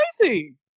crazy